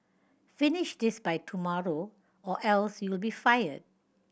finish this by tomorrow or else you'll be fired